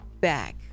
back